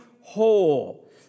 whole